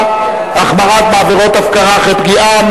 (החמרת הענישה בעבירת הפקרה אחרי פגיעה)?